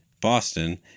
Boston